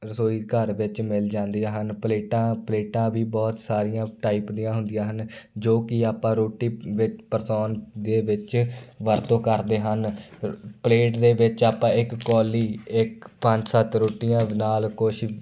ਰਸੋਈ ਘਰ ਵਿੱਚ ਮਿਲ ਜਾਂਦੀਆਂ ਹਨ ਪਲੇਟਾਂ ਪਲੇਟਾਂ ਵੀ ਬਹੁਤ ਸਾਰੀਆਂ ਟਾਈਪ ਦੀਆਂ ਹੁੰਦੀਆਂ ਹਨ ਜੋ ਕਿ ਆਪਾਂ ਰੋਟੀ ਵਿੱਚ ਪਰੋਸਣ ਦੇ ਵਿੱਚ ਵਰਤੋਂ ਕਰਦੇ ਹਨ ਪਲੇਟ ਦੇ ਵਿੱਚ ਆਪਾਂ ਇੱਕ ਕੌਲੀ ਇੱਕ ਪੰਜ ਸੱਤ ਰੋਟੀਆਂ ਨਾਲ ਕੁਛ